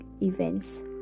events